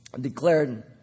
declared